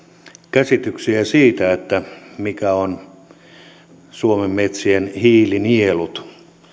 käsityksiä siitä mitkä ovat suomen metsien hiilinielut